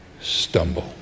stumble